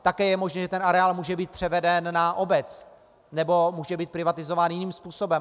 Také je možné, že areál může být převeden na obec nebo může být privatizován jiným způsobem.